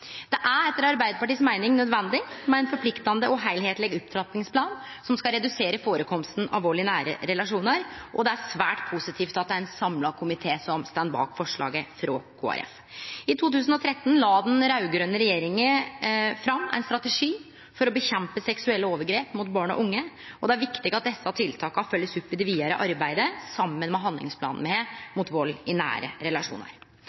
Det er etter Arbeidarpartiet si meining nødvendig med ein forpliktande og heilskapleg opptrappingsplan som skal redusere førekomsten av vald i nære relasjonar, og det er svært positivt at det er ein samla komité som står bak forslaget frå Kristeleg Folkeparti. I 2013 la den raud-grøne regjeringa fram ein strategi mot seksuelle overgrep mot barn og unge. Det er viktig at desse tiltaka blir følgde opp i det vidare arbeidet saman med handlingsplanen me har mot vald i nære relasjonar.